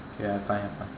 okay I find I find